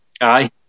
Aye